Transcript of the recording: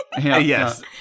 Yes